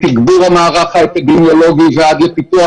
והמחייבת שימוש באמצעים חריגים והכל, לתקופה